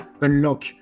unlock